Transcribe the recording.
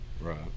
Right